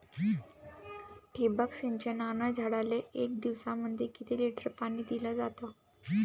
ठिबक सिंचनानं झाडाले एक दिवसामंदी किती लिटर पाणी दिलं जातं?